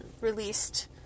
released